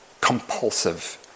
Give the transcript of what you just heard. compulsive